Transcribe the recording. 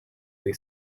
the